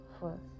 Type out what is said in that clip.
first